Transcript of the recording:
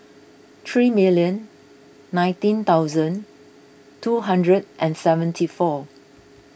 three million nineteen thousand two hundred and seventy four